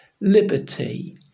Liberty